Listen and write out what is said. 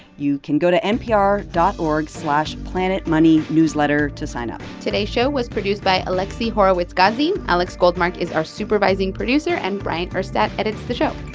you can go to npr dot org slash planetmoneynewsletter to sign up today show was produced by alexi horowitz-ghazi. alex goldmark is our supervising producer, and bryant urstadt edits the show.